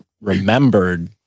remembered